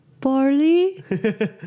Barley